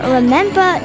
Remember